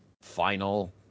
final